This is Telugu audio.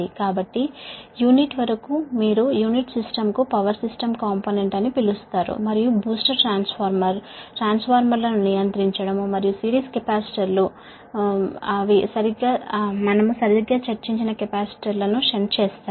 కాబట్టి యూనిట్ వరకు మీరు యూనిట్ సిస్టమ్కు పవర్ సిస్టమ్ కాంపోనెంట్ అని పిలుస్తారు మరియు బూస్టర్ ట్రాన్స్ఫార్మర్ ట్రాన్స్ఫార్మర్లను నియంత్రించడం మరియు సిరీస్ కెపాసిటర్లు మేము సరిగ్గా చర్చించిన కెపాసిటర్లను షంట్ చేస్తాయి